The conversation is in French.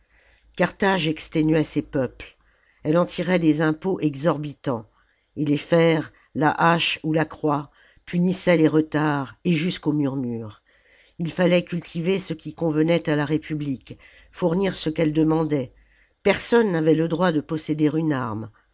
carthage exténuait ces peuples elle en tirait des impôts exorbitants et les fers la hache ou la croix punissaient les retards et jusqu'aux murmures il fallait cultiver ce qui convenait à la république fournir ce qu'elle demandait personne n'avait le droit de posséder une arme